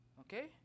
Okay